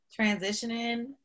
transitioning